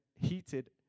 heated